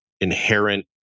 inherent